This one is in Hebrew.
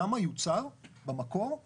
כמה יוצר במקור מאנרגיה,